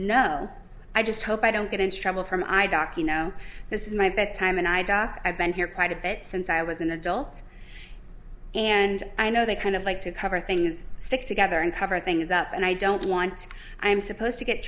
no i just hope i don't get into trouble for my doc you know this is my bed time and i doc i've been here quite a bit since i was an adult and i know they kind of like to cover things stick together and cover things up and i don't want to i'm supposed to get